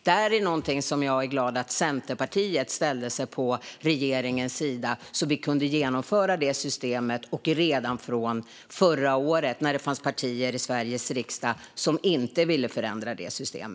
Jag är glad över att Centerpartiet ställde sig på regeringens sida så att vi kunde genomföra detta system och redan från förra året då det fanns partier i Sveriges riksdag som inte ville förändra detta system.